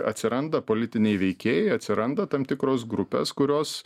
atsiranda politiniai veikėjai atsiranda tam tikros grupės kurios